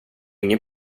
ingen